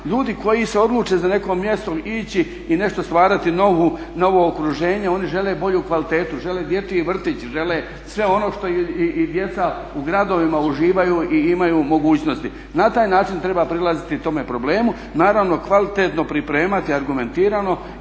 Ljudi koji se odluče za neko mjesto ići i nešto stvarati novo okruženje oni žele bolju kvalitetu, žele dječji vrtić, žele sve ono što i djeca u gradovima uživaju i imaju mogućnosti. Na taj način treba prilaziti tome problemu. Naravno, kvalitetno pripremati i argumentirano